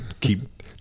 keep